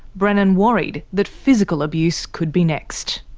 brennan worried that physical abuse could be next.